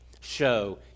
show